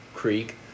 Creek